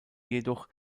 jedoch